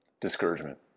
discouragement